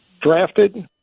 drafted